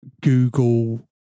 Google